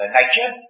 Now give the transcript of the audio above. nature